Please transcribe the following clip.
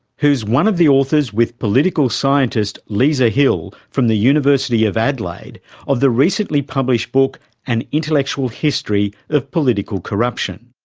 who is one of the authors with political scientist lisa hill from the university of adelaide of the recently published book an intellectual history of political corruption.